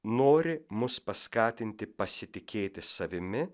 nori mus paskatinti pasitikėti savimi